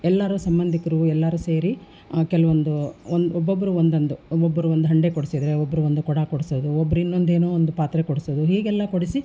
ಎಲ್ಲರೂ ಸಂಬಂಧಿಕರು ಎಲ್ಲರೂ ಸೇರಿ ಕೆಲವೊಂದು ಒಂದು ಒಬ್ಬೊಬ್ಬರು ಒಂದೊಂದು ಒಬ್ಬರು ಒಂದು ಹಂಡೆ ಕೊಡಿಸಿದ್ರೆ ಒಬ್ಬರು ಒಂದು ಕೊಡ ಕೊಡಿಸೋದು ಒಬ್ರು ಇನ್ನೊಂದೇನೋ ಒಂದು ಪಾತ್ರೆ ಕೊಡಿಸೋದು ಹೀಗೆಲ್ಲ ಕೊಡಿಸಿ